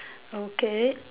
okay